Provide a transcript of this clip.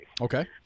Okay